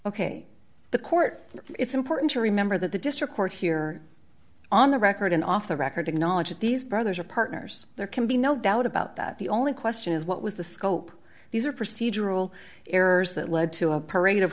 ok the court it's important to remember that the district court here on the record and off the record acknowledge that these brothers are partners there can be no doubt about that the only question is what was the scope these are procedural errors that lead to a parade of